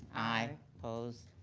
aye. opposed?